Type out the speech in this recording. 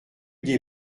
des